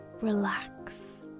relax